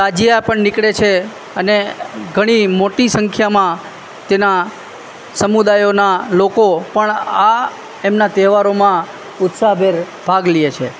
તાજિયા પણ નીકળે છે અને ઘણી મોટી સંખ્યામાં તેના સમુદાયોના લોકો પણ આ એમના તહેવારોમાં ઉત્સાહભેર ભાગ લે છે